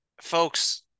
Folks